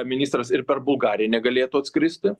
ministras ir per bulgariją negalėtų atskristi